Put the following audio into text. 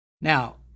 Now